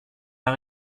pas